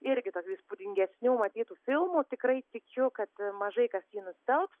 irgi tokių įspūdingesnių matytų filmų tikrai tikiu kad mažai kas jį nustelbs